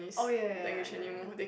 oh ya ya ya ya ya